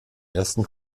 ersten